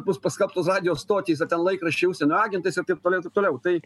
bus paskelbtos radijo stotys ar ten laikraščiai užsienio agentais ir taip toliau taip toliau tai